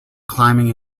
climbing